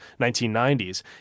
1990s